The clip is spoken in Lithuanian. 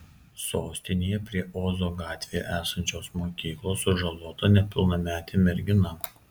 sostinėje prie ozo gatvėje esančios mokyklos sužalota nepilnametė mergina